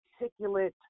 articulate